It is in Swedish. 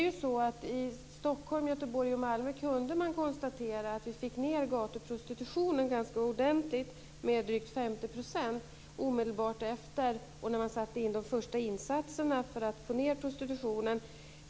I Stockholm, Göteborg och Malmö kunde man konstatera att vi fick ned gatuprostitutionen ganska ordentligt, med drygt 50 %, omedelbart efter det att man satt in de första insatserna för att få ned prostitutionen.